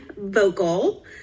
Vocal